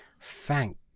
Thank